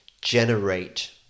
generate